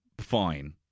fine